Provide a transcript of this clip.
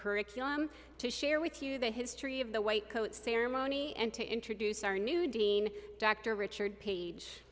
courage to share with you the history of the white coat ceremony and to introduce our new dean dr richard page